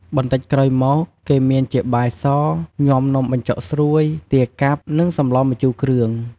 បន្តិចក្រោយមក គេមានជាបាយស ញាំនំបញ្ចុកស្រួយ ទាកាប់ និងសម្លរម្ជូរគ្រឿង។